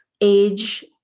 age